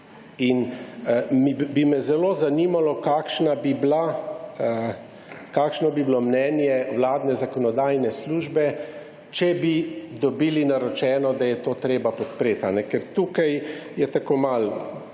In bi me zelo zanimalo kakšna bi bilo mnenje vladne zakonodajne službe, če bi dobili naročeno, da je to treba podpreti. Ker tukaj je tako malo